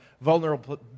vulnerable